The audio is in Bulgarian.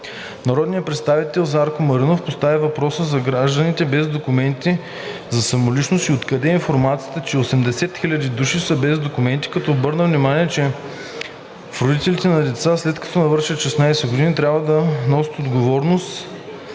Народният представител Зарко Маринов постави въпроса за гражданите без документи за самоличност и откъде е информацията, че 80 хиляди души са без документи, като обърна внимание, че и родителите на децата, след като навършат 16 години, трябва да носят отговорност